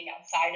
outside